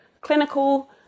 clinical